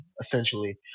essentially